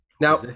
now